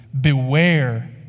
Beware